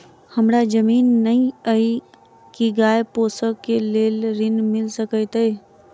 हमरा जमीन नै अई की गाय पोसअ केँ लेल ऋण मिल सकैत अई?